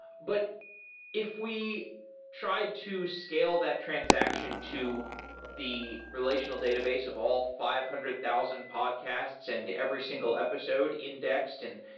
but if we tried to scale that transaction to the relational database of all five hundred thousand podcasts and every single episode indexed and